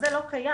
זה לא קיים.